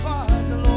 Father